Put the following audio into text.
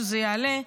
שזה יעלה,